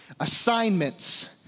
assignments